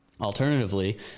alternatively